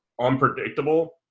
unpredictable